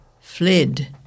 fled